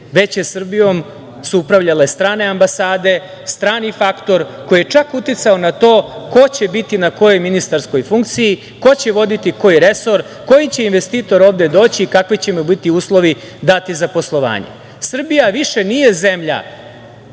već su Srbijom upravljale strane ambasade, strani faktor koji je čak uticao i na to ko će biti na kojoj ministarskoj funkciji, ko će voditi koji resor, koji će investitor ovde doći i kakvi će mu biti uslovi dati za poslovanje. Srbija više nije zemlja